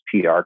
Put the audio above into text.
PR